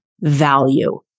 value